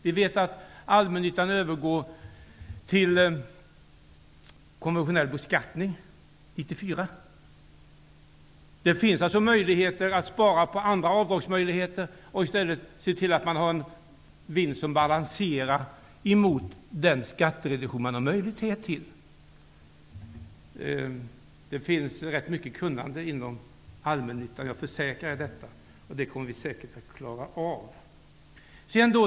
Vi vet att allmännyttan övergår till konventionell beskattning 1994. Det finns alltså möjligheter att spara på andra avdragsmöjligheter och i stället se till att man har en vinst som balanserar emot den skattereduktion som man har möjlighet till. Det finns rätt mycket kunnande inom allmännyttan. Det försäkrar jag. Detta kommer vi säkert att klara av.